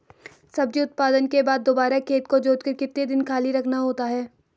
सब्जी उत्पादन के बाद दोबारा खेत को जोतकर कितने दिन खाली रखना होता है?